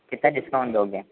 कितना डिस्काउंट दोगे